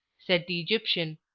said the egyptian,